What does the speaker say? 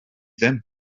ddim